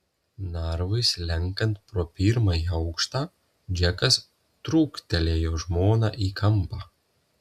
narvui slenkant pro pirmąjį aukštą džekas trūktelėjo žmoną į kampą